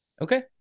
okay